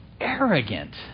Arrogant